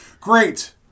Great